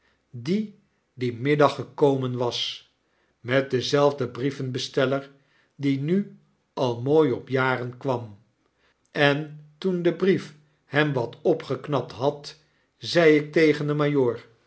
die dien middag gekomen was met denzelfden brievenbesteller die nu al mooi op jaren kwam en toen de brief hem wat opgeknapt had zei ik tegen den majoor